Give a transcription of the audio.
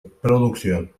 producción